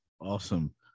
Awesome